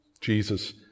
Jesus